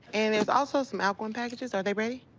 and there's also some outgoing packages, are they ready?